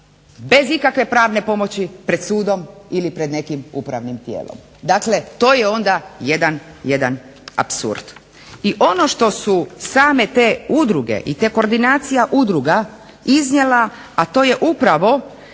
bez ikakve pravne pomoći pred sudom ili pred nekim upravnim tijelom. Dakle, to je onda jedan apsurd. I ono što su same te udruge i ta koordinacija udruga iznijela, a to je upravo